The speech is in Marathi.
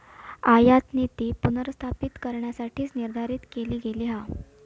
आयातनीती पुनर्स्थापित करण्यासाठीच निर्धारित केली गेली हा